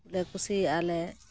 ᱞᱮ ᱠᱩᱥᱤᱭᱟᱜᱼᱟ ᱞᱮ